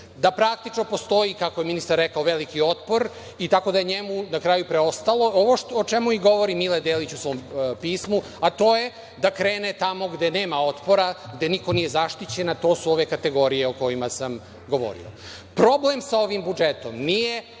da praktično postoji, kako je ministar rekao, veliki otpor, da je njemu na kraju preostalo ovo o čemu govori Mile Delić u svom pismu, a to je da krene tamo gde nema otpora, gde niko nije zaštićen, a to su ove kategorije o kojima sam govorio. Problem sa ovim budžetom nije